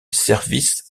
services